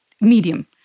medium